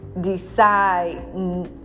decide